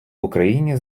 україні